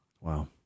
Wow